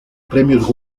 premios